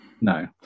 No